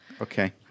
Okay